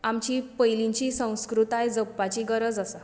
आमची पयलींची संस्कृताय जपपाची गरज आसा